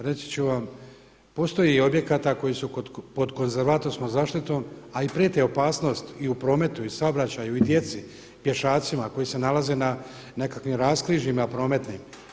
Reći ću vam postoji objekata koji su pod konzervatorskom zaštitom, a i prijeti opasnost i u prometu i u saobraćaju i djeci, pješacima koji se nalaze na nekakvim raskrižjima prometnim.